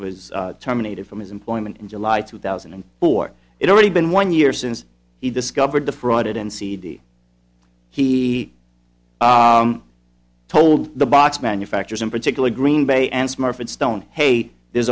was terminated from his employment in july two thousand and four it already been one year since he discovered the fraud and cd he told the box manufacturers in particular green bay and smurfit stone hey there's